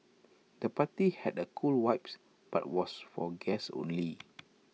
the party had A cool vibes but was for guests only